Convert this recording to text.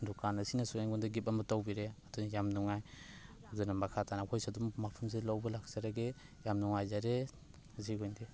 ꯗꯨꯀꯥꯟ ꯑꯁꯤꯅꯁꯨ ꯑꯩꯉꯣꯟꯗ ꯒꯤꯞ ꯑꯃ ꯇꯧꯕꯤꯔꯛꯑꯦ ꯑꯗꯨꯅ ꯌꯥꯝ ꯅꯨꯡꯉꯥꯏ ꯑꯗꯨꯅ ꯃꯈꯥ ꯇꯥꯅ ꯑꯩꯈꯣꯏꯁꯨ ꯑꯗꯨꯝ ꯃꯐꯝꯁꯤꯗꯩ ꯂꯧꯕ ꯂꯥꯛꯆꯔꯒꯦ ꯌꯥꯝ ꯅꯨꯡꯉꯥꯏꯖꯔꯦ ꯃꯁꯤꯒꯤ ꯑꯣꯏꯅꯗꯤ